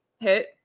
hit